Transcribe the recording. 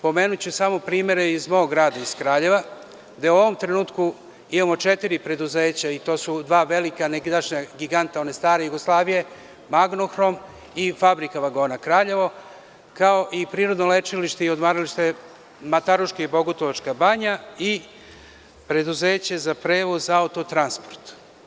Pomenuću samo primere iz mog grada, iz Kraljeva, gde u ovom trenutku imamo četiri preduzeća, i to su dva velika, nekadašnja giganta one stare Jugoslavije – „Magnohrom“ i „Fabrika vagona Kraljevo“, kao i prirodno lečilište i odmaralište Mataruška i Bogutovačka Banja i preduzeće za prevoz „Autotransport“